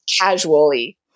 casually